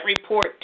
report